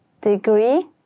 Degree